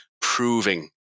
proving